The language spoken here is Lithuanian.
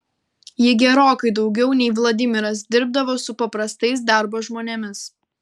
ji gerokai daugiau nei vladimiras dirbdavo su paprastais darbo žmonėmis